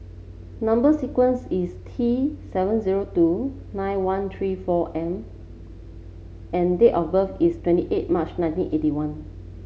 number sequence is T seven zero two nine one three four M and date of birth is twenty eight March nineteen eighty one